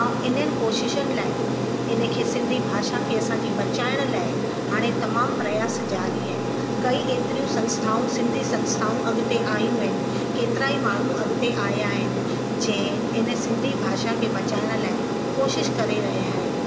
ऐं इन्हनि कोशिशुनि लाइ इन खे सिंधी भाषा खे असांजी बचाइण लाइ हाणे तमामु प्रयास ज़ारी आहिनि कई एतिरियूं संस्थाऊं सिंधी संस्थाऊं अॻिते आहियूं आहिनि केतिरा ई माण्हू अॻिते आहिया आहिनि जैं इन सिंधी भाषा खे बचाइण लाइ कोशिश करे रहिया आहिनि